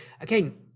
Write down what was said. again